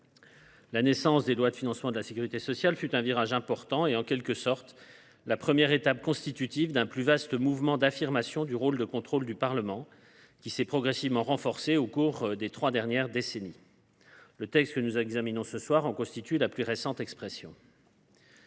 La naissance des lois de financement de la sécurité sociale fut un virage important et, en quelque sorte, la première étape constitutive d’un plus vaste mouvement d’affirmation du rôle de contrôle du Parlement, qui s’est progressivement renforcé au cours des trois dernières décennies. Le texte qui est soumis ce soir à votre examen en constitue la plus récente expression.